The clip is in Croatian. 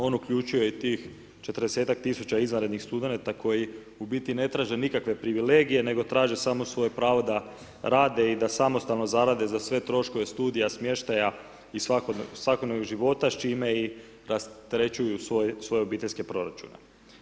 On uključuje i tih 40 tisuća izvanrednih studenata koji u biti ne traže nikakve privilegije, nego traže samo svoje pravo da rade i da samostalno zarade za sve troškove studija, smještaja i svakodnevnog života s čime rasterećuje svoje obiteljske proračune.